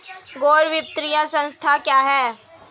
गैर वित्तीय संस्था क्या है?